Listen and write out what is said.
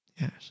Yes